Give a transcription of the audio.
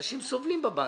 אנשים סובלים בבנקים.